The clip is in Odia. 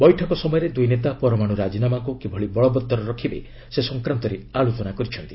ବୈଠକ ସମୟରେ ଦୁଇ ନେତା ପରମାଣୁ ରାଜିନାମାକୁ କିଭଳି ବଳବତ୍ତର ରଖିବେ ସେ ସଂକ୍ରାନ୍ତରେ ଆଲୋଚନା କରିଛନ୍ତି